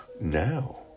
now